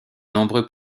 nombreux